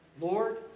Lord